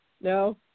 No